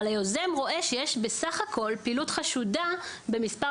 היוזם רואה שיש בסך הכול פעילות חשודה במספר